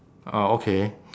ah okay